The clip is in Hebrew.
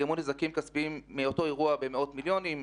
נגרמו נזקים כספיים במאות מיליונים,